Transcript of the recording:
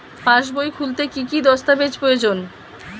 পাসবই খুলতে কি কি দস্তাবেজ প্রয়োজন?